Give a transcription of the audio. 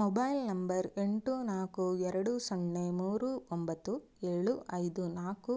mobile number ಎಂಟು ನಾಲ್ಕು ಎರಡು ಸೊನ್ನೆ ಮೂರು ಒಂಬತ್ತು ಏಳು ಐದು ನಾಲ್ಕು